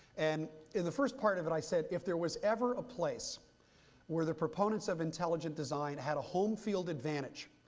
and in the first part of it i said, if there was ever a place where the proponents of intelligent design had a home field advantage,